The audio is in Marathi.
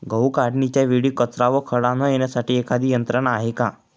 गहू काढणीच्या वेळी कचरा व खडा न येण्यासाठी एखादी यंत्रणा आहे का?